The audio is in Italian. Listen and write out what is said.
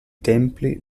templi